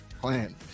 Plan